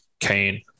Kane